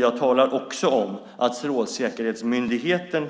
Jag talar också om att Strålsäkerhetsmyndigheten